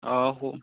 অ